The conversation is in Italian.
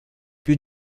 più